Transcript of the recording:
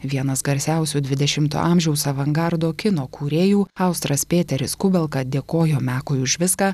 vienas garsiausių dvidešimto amžiaus avangardo kino kūrėjų austras pėteris kubelka dėkojo mekui už viską